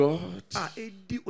God